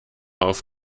auf